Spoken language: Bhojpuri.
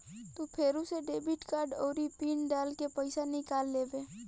तू फेरू से डेबिट कार्ड आउरी पिन डाल के पइसा निकाल लेबे